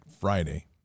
Friday